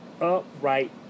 upright